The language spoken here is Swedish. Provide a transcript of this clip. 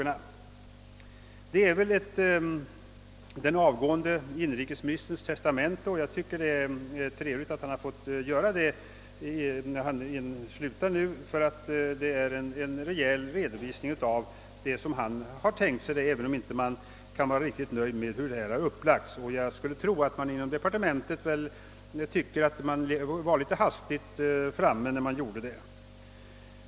Man kan väl här tala om ett den avgående inrikesministerns testamente, och jag tycker det är trevligt att han fått göra det när han nu slutar. Det är en rejäl redovisning av hur han har tänkt sig uppläggningen, även om man inte kan vara riktigt nöjd i alla avseenden med genomförandet; jag skulle för övrigt tro att man inom departementet nu tycker att man var litet hastigt framme när man satte igång länsplanering 67.